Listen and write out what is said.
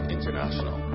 International